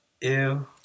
ew